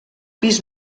pis